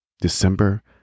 December